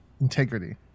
integrity